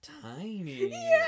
tiny